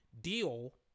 deal